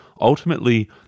Ultimately